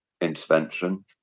intervention